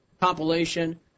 compilation